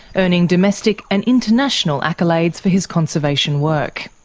earning domestic and international accolades for his conservation work.